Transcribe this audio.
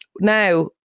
now